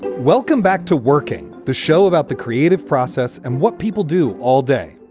welcome back to working the show about the creative process and what people do all day.